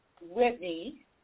Whitney